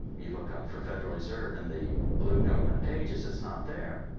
you look up for federal reserve and the blue government pages, it's not there.